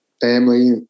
family